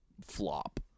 flop